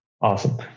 awesome